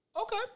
Okay